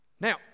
Now